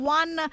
one